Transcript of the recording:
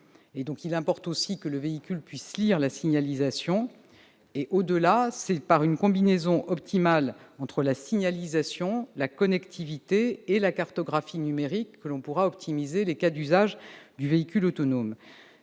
Il importe donc que le véhicule autonome puisse lire la signalisation. C'est par une combinaison adéquate de la signalisation, de la connectivité et de la cartographie numérique que l'on pourra optimiser les cas d'usage du véhicule autonome.